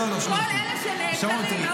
כל אלה שנעצרים,